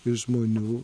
ir žmonių